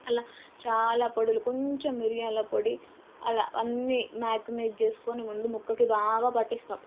అలా చాలా పొడులు కొంచెం మిరియాల పొడి అలా అన్నీ మారినేట్ చేసుకొని ముందు ముక్కకి బాగా పట్టిస్తాము